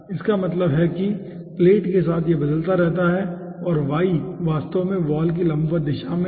इसका मतलब है कि प्लेट के साथ यह बदलता रहता है और y वास्तव में वॉल की लंबवत दिशा है